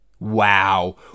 wow